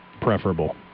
preferable